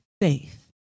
faith